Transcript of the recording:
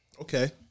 okay